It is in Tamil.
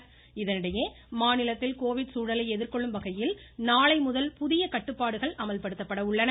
புதிய கட்டுப்பாடுகள் இதனிடையே மாநிலத்தில் கோவிட் சூழலை எதிர்கொள்ளும் வகையில் நாளை முதல் புதிய கட்டுப்பாடுகள் அமல்படுத்தப்பட உள்ளன